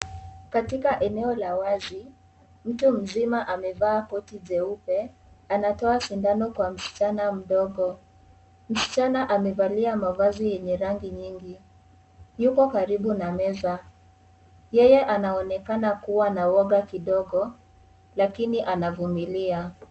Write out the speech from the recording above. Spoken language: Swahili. Katika eneo la wazi mtu mzima amevaa koti jeupe anatoa sindano kwa msichana mdogo msichana amevalia mavazi yenye rangi nyingi yuko karibu na meza yeye anaonekana kubwa na woga kidogo lakini anavumilia